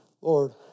Lord